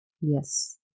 Yes